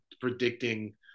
predicting